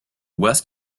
west